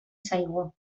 zaigu